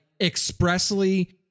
expressly